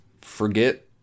forget